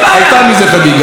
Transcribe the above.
היושב-ראש רגע, שנייה.